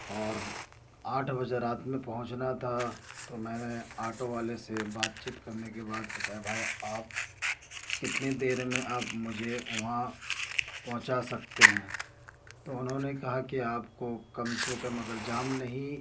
اور آٹھ بجے رات میں پہنچنا تھا تو میں نے آٹو والے سے بات چیت کرنے کے بعد بتایا بھایا آپ کتنے دیر میں آپ مجھے وہاں پہنچا سکتے ہیں تو انہوں نے کہا کہ آپ کو کم سے کم اگر جام نہیں